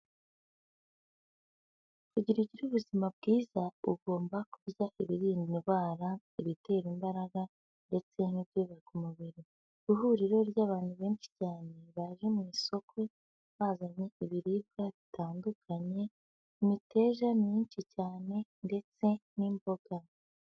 Kugira ugire ubuzima bwiza ugomba kurya ibirinda indwara, ibitera imbaraga, ndetse n'ibyubaka umubiri. Ihuriro ry'abantu benshi cyane baje mu isoko bazanye ibiribwa bitandukanye imiteja myinshi cyane ndetse n'imboga.